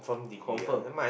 confirm